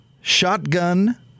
Shotgun